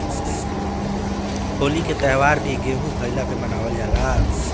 होली के त्यौहार भी गेंहू भईला पे मनावल जाला